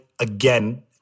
again